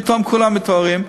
פתאום כולם מתעוררים.